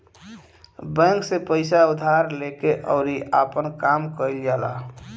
bank से पइसा उधार लेके अउरी आपन काम कईल जाला